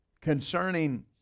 Concerning